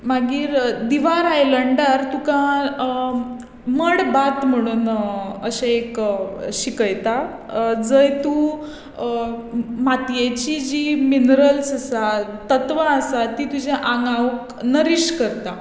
मागीर दिवार आयलंडार तुका मड बाथ म्हणून अशें एक शिकयता जंय तूं मातयेचीं जीं मिनीरल्स आसात तत्वां आसात ती तुज्या आंगाक नरिश करता